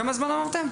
כמה זמן אמרתם?